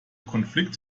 konflikt